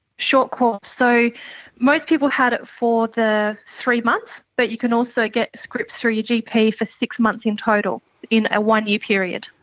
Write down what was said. short course. so most people had it for the three months, but you can also get scripts through your gp for six months in total in a one-year period.